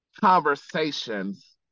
conversations